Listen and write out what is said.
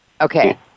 Okay